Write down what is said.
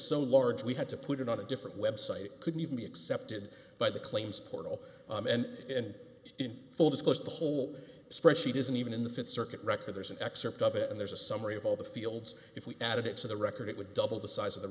so large we had to put it on a different website couldn't even be accepted by the claims portal and in full disclosure the whole spreadsheet isn't even in the th circuit record there's an excerpt of it and there's a summary of all the fields if we added it to the record it would double the size of the